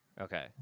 okay